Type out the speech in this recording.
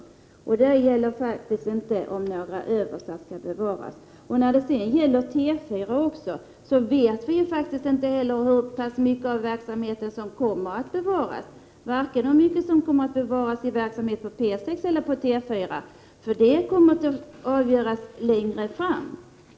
Diskussionen gäller faktiskt inte om några överstar skall bevaras. När det gäller T4 vet vi faktiskt inte hur mycket av verksamheten som kommer att bevaras, på vare sig P6 eller på T4.